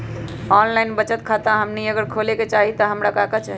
Online बचत खाता हमनी अगर खोले के चाहि त हमरा का का चाहि?